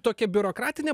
tokia biurokratinė